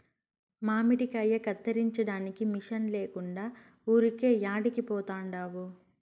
మామిడికాయ కత్తిరించడానికి మిషన్ లేకుండా ఊరికే యాడికి పోతండావు